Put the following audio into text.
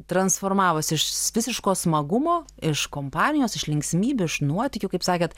transformavosi iš visiško smagumo iš kompanijos iš linksmybių iš nuotykių kaip sakėt